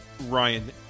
Ryan